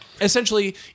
Essentially